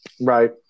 Right